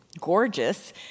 gorgeous